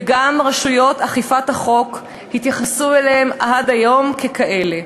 וגם רשויות אכיפת החוק התייחסו אליהם עד היום ככאלה.